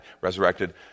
resurrected